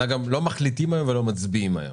אנחנו לא מחליטים היום ולא מצביעים היום,